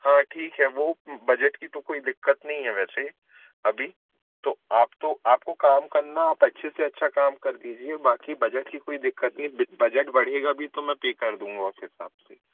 हाँ ठीक है वो बजट की तो कोई दिक्कत नहीं है वैसे अभी तो आप तो आपको काम करना आप अच्छे से अच्छा काम कर दीजिए बाकी बजट की कोई दिक्क्त नहीं बजट बढ़ेगा भी तो मैं पर कर दूँगा उस हिसाब से